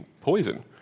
poison